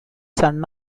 son